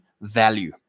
value